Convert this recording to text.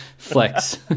Flex